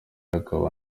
akaba